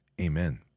amen